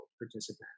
participant